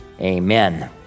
Amen